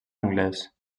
anglès